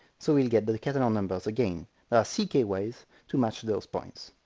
so we'll get the the catalan numbers again there are c k ways to match those points.